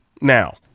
Now